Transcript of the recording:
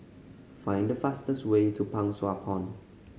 find the fastest way to Pang Sua Pond